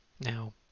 Now